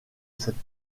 cette